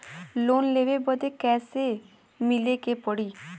Loan लेवे बदी कैसे मिले के पड़ी?